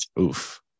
Oof